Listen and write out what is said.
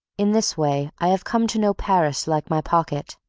in this way i have come to know paris like my pocket.